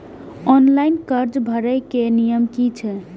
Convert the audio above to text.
Online कर्जा भरे के नियम की छे?